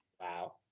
Wow